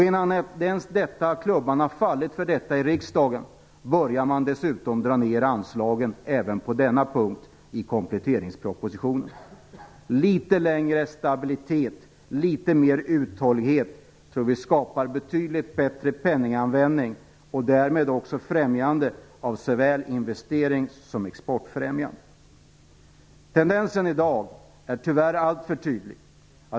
Innan klubban ens har fallit för detta beslut i riksdagen börjar man dessutom dra ner anslagen även på denna punkt i kompletteringspropositionen. Litet mer stabilitet, litet mer uthållighet tror vi skapar en betydligt bättre penninganvändning och därmed också ett främjande av såväl investeringar som export. Tendensen i dag är tyvärr alltför tydlig.